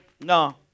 No